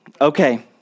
Okay